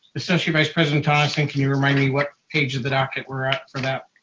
associate vice president tonneson can you remind me what page of the docket we're up for that?